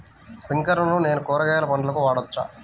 స్ప్రింక్లర్లను నేను కూరగాయల పంటలకు వాడవచ్చా?